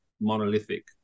monolithic